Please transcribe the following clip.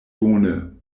bone